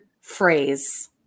phrase